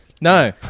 No